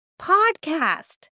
podcast